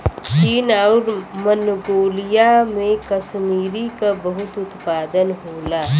चीन आउर मन्गोलिया में कसमीरी क बहुत उत्पादन होला